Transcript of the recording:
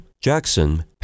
Jackson